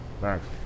thanks